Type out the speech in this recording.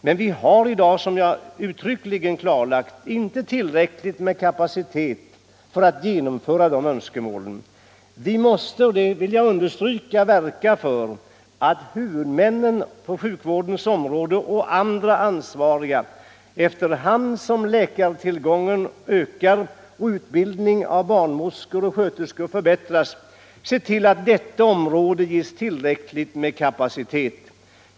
Men vi har i dag, som jag uttryckligen klarlagt, inte tillräcklig kapacitet för att uppfylla de önskemålen. Vi måste — det vill jag understryka — verka för att huvudmännen på sjukvårdens område och andra ansvariga efter hand som läkartillgången ökar och utbildningen av barnmorskor och sjuksköterskor förbättras ser till att detta område ges tillräcklig kapacitet.